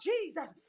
Jesus